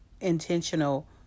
intentional